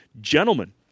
gentlemen